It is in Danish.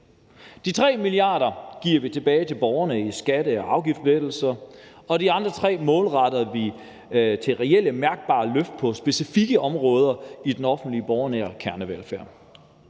De 3 mia. kr. giver vi tilbage til borgerne i skatte- og afgiftslettelser, og de andre 3 mia. kr. målretter vi til reelle, mærkbare løft på specifikke områder i den offentlige, borgernære kernevelfærd.